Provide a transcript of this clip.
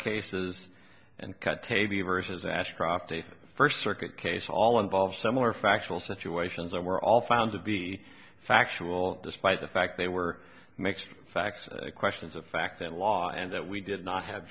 cases and cut tavi versus ashcroft the first circuit case all involve similar factual situations that were all found to be factual despite the fact they were mixed facts questions of facts and law and that we did not have